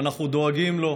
ואנחנו דואגים לו,